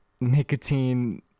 nicotine